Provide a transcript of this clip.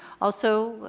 also,